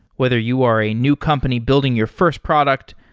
whether you are a new company building your first product,